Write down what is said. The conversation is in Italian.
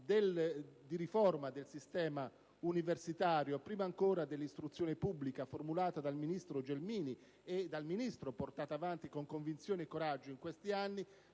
di riforma del sistema universitario, e prima ancora dell'istruzione pubblica, formulata dal ministro Gelmini e dalla stessa portata avanti con convinzione e coraggio in questi anni,